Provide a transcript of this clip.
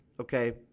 Okay